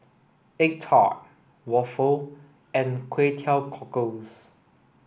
egg tart waffle and Kway Teow Cockles